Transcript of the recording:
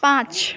पाँच